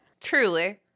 Truly